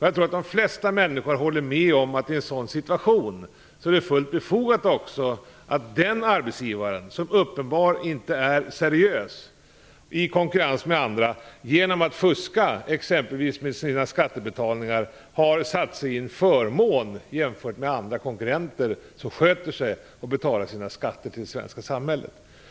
Jag tror att de flesta människor håller med om att den arbetsgivare som uppenbarligen inte är seriös i konkurrens med andra, exempelvis genom att fuska med sina skatteinbetalningar, har tillskansat sig en förmån jämfört med de konkurrenter som sköter sig och betalar sina skatter till det svenska samhället.